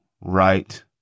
right